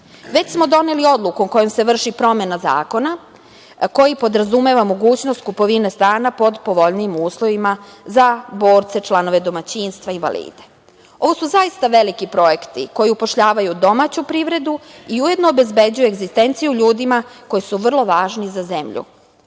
smo doneli odluku kojom se vrši promena zakona, koji podrazumeva mogućnost kupovine stana pod povoljnijim uslovima za borce, članove domaćinstva i invalide. Ovo su zaista veliki projekti koji upošljavaju domaću privredu i ujedno obezbeđuju egzistenciju ljudima koji su vrlo važni za zemlju.